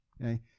okay